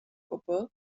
gwbl